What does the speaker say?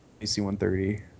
AC-130